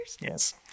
Yes